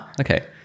okay